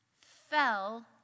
fell